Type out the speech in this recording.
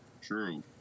true